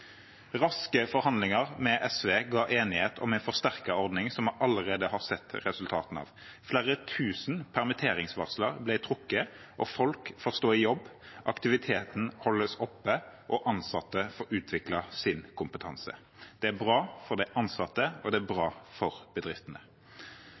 Raske forhandlinger med SV ga enighet om en forsterket ordning, som vi allerede har sett resultatene av. Flere tusen permitteringsvarsler ble trukket, og folk får stå i jobb, aktiviteten holdes oppe og ansatte får utviklet sin kompetanse. Det er bra for de ansatte, og det er bra